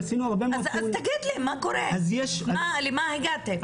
אז תגיד לי מה קורה, למה הגעתם.